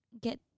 Get